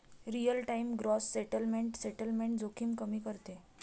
real time gross settlement settlement जोखीम कमी करते